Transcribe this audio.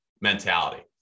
mentality